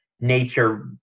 nature